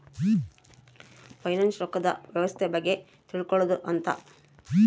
finance ರೊಕ್ಕದ್ ವ್ಯವಸ್ತೆ ಬಗ್ಗೆ ತಿಳ್ಕೊಳೋದು ಅಂತ